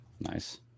Nice